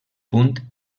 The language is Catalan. punt